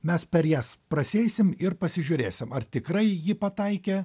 mes per jas prasieisim ir pasižiūrėsim ar tikrai ji pataikė